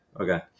Okay